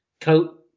coat